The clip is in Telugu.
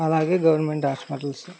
అలాగే గవర్నమెంట్ హాస్పిటల్స్